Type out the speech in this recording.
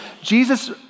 Jesus